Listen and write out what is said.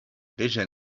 vision